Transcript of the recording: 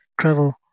travel